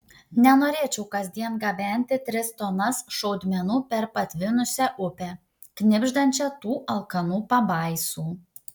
nenorėčiau kasdien gabenti tris tonas šaudmenų per patvinusią upę knibždančią tų alkanų pabaisų